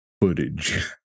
footage